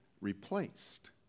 replaced